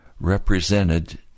represented